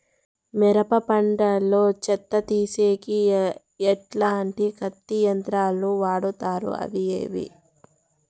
మిరప పంట లో చెత్త తీసేకి ఎట్లాంటి కొత్త యంత్రాలు వాడుతారు అవి ఏవి?